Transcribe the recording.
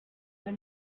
der